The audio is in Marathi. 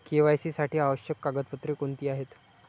के.वाय.सी साठी आवश्यक कागदपत्रे कोणती आहेत?